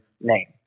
name